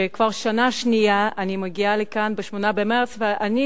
שכבר שנה שנייה אני מגיעה לכאן ב-8 במרס ואני